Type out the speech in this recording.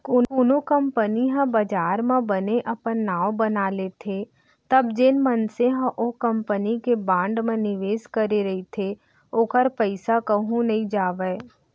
कोनो कंपनी ह बजार म बने अपन नांव बना लेथे तब जेन मनसे ह ओ कंपनी के बांड म निवेस करे रहिथे ओखर पइसा कहूँ नइ जावय